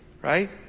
Right